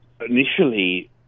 initially